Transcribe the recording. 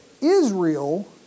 Israel